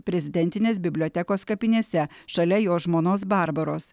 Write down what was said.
prezidentinės bibliotekos kapinėse šalia jo žmonos barbaros